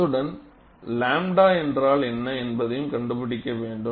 அத்துடன் 𝝺 என்றால் என்ன என்பதையும் கண்டுபிடிக்க வேண்டும்